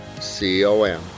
C-O-M